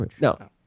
No